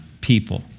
people